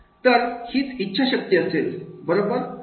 तर हीच इच्छाशक्ती असेल बरोबर